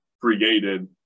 created